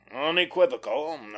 unequivocal